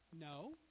No